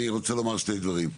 אני רוצה לומר שני דברים.